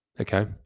Okay